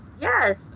yes